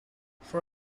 for